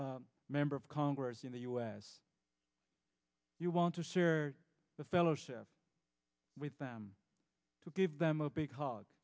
a member of congress in the us you want to share the fellowship with them to give them a big h